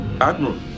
admiral